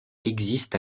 existe